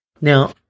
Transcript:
Now